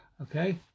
Okay